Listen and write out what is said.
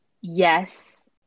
Yes